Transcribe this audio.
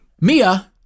Mia